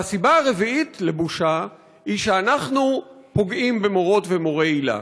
והסיבה הרביעית לבושה היא שאנחנו פוגעים במורות ומורי היל"ה,